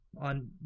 on